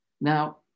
Now